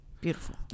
beautiful